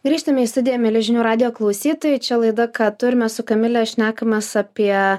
grįžtame į studiją mieli žinių radijo klausytojai čia laida ką tu ir mes su kamile šnekamės apie